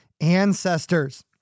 ancestors